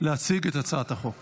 הצעת חוק